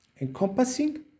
encompassing